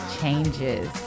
changes